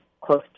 close